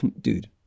dude